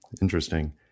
Interesting